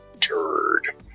turd